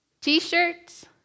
T-shirts